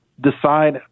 decide